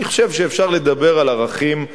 אני חושב שאפשר לדבר על ערכים אנושיים.